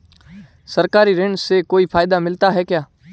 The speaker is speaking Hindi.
सरकारी ऋण से कोई फायदा मिलता है क्या?